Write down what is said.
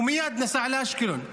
הוא מייד נסע לאשקלון.